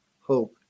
hope